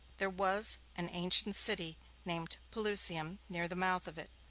there was an ancient city named pelusium near the mouth of it.